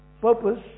purpose